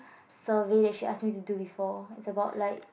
survey that she ask me to do before it's about like